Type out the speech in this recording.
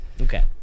Okay